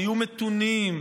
תהיו מתונים,